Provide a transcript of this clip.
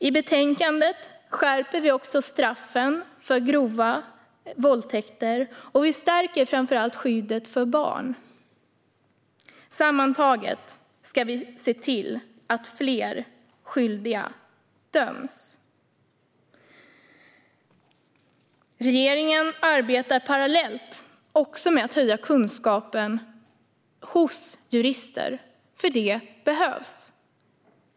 I betänkandet skärper vi också straffen för grova våldtäkter, och vi stärker framför allt skyddet för barn. Sammantaget ska vi se till att fler skyldiga döms. Regeringen arbetar parallellt också med att höja kunskapen hos jurister, för det behövs.